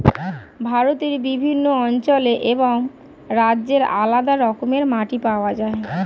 ভারতের বিভিন্ন অঞ্চলে এবং রাজ্যে আলাদা রকমের মাটি পাওয়া যায়